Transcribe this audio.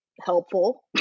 helpful